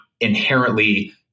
inherently